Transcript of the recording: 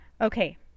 Okay